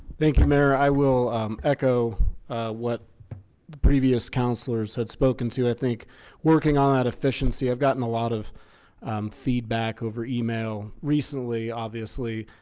thank you mara, i will echo what the previous councillors had spoken to i think working on that efficiency. i've gotten a lot of feedback over email recently, obviously